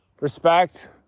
Respect